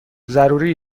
ضروری